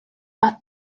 but